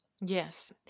Yes